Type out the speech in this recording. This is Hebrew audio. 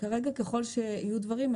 כרגע ככל שיהיו דברים,